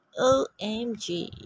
OMG